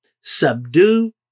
Subdue